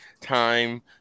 time